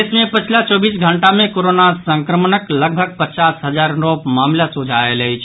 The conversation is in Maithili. देश मे पछिला चौबीस घंटा मे कोरोना संक्रमणक लगभग पचास हजार नव मामिला सोझा आयल अछि